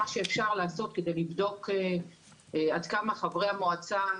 מה שאפשר לעשות כדי לבדוק עד כמה מוכנים,